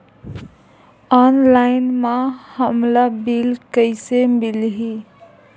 Online म हमला bill कइसे मिलही?